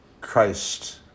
Christ